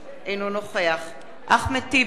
אינו נוכח אחמד טיבי,